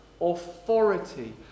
authority